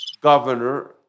governor